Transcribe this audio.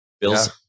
Bills